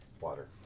water